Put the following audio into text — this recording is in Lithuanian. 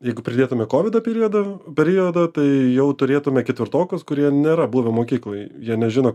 jeigu pridėtume kovido periodą periodą tai jau turėtume ketvirtokas kurie nėra buvę mokykloj jie nežino